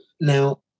Now